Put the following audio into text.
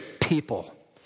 people